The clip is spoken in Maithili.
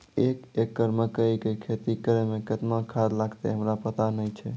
एक एकरऽ मकई के खेती करै मे केतना खाद लागतै हमरा पता नैय छै?